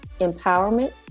empowerment